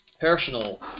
personal